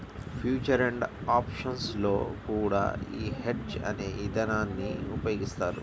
future and options లో కూడా యీ హెడ్జ్ అనే ఇదానాన్ని ఉపయోగిత్తారు